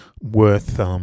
worth